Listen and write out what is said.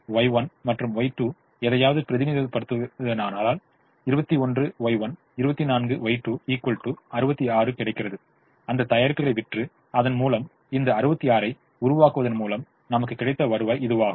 Y1 மற்றும் Y2 எதையாவது பிரதிநிதித்துவப்படுத்தினால் 21Y1 24Y2 66 கிடைக்கிறது அந்த தயாரிப்புகளை விற்று அதன்முலம் இந்த 66 ஐ உருவாக்குவதன் மூலம் நமக்கு கிடைத்த வருவாய் இதுவாகும்